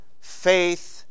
faith